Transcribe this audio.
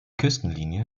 küstenlinie